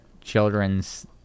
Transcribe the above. children's